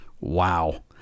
Wow